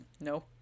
No